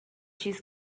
چیز